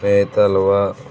Neti halwa